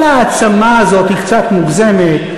כל ההעצמה הזאת היא קצת מוגזמת.